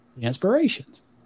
Inspirations